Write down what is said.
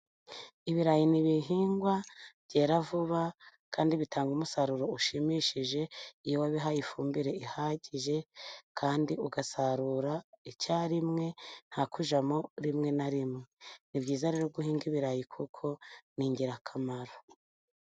Ibirayi ni ibihingwa byera vuba kandi bitanga umusaruro ushimishije, iyo wabihaye ifumbire ihagije kandi ugasarura icyarimwe, ntakujyamo rimwe na rimwe. Ni byiza rero guhinga ibirayi, kuko ni ingirakamaro.